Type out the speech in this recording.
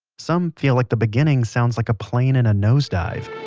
some feel like the beginning sounds like a plane in a nosedive.